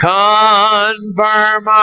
confirm